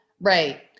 Right